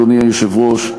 אדוני היושב-ראש,